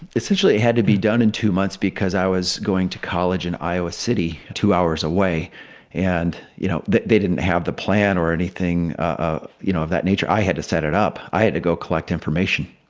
essentially had to be done in two months because i was going to college in iowa city two hours away and, you know, they didn't have the plan or anything ah you know of that nature. i had to set it up. i had to go collect information.